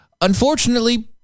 Unfortunately